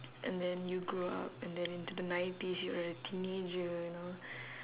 and then you grow up and then into the nineties you are a teenager you know